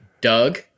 Doug